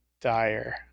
dire